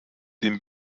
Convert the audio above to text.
den